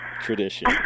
Tradition